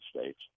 States